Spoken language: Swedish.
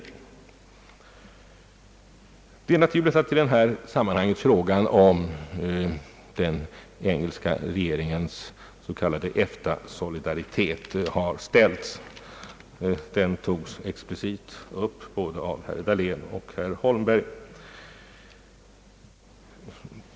Det är naturligt att i detta sammanhang frågan om den engelska regeringens s.k. EFTA-solidaritet har ställts — den togs upp både av herr Dahlén och herr Holmberg.